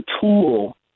tool